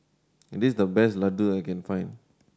this the best Ladoo I can find